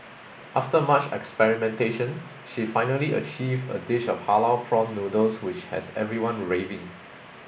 after much experimentation she finally achieved a dish of halal prawn noodles which has everyone raving